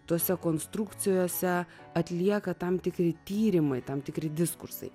tose konstrukcijose atlieka tam tikri tyrimai tam tikri diskursai